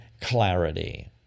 clarity